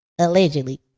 Allegedly